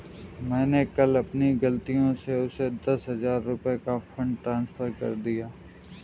मैंने कल अपनी गलती से उसे दस हजार रुपया का फ़ंड ट्रांस्फर कर दिया